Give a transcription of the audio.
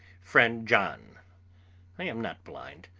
friend john i am not blind!